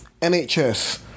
NHS